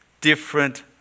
different